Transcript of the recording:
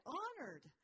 honored